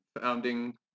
founding